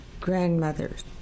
Grandmothers